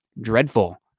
dreadful